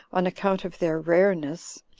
on account of their rareness,